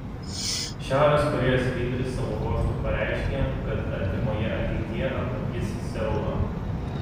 šiaurės korėjos lyderis savo ruožtu pareiškė kad artimoje ateityje aplankys seulą